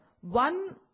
One